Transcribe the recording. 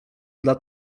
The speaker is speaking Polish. dla